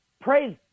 Praise